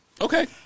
Okay